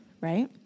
right